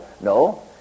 no